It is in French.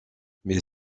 mais